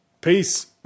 Peace